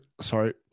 sorry